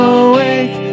awake